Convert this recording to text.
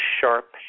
sharp